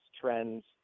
trends